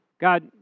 God